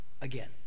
again